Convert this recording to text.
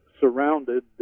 surrounded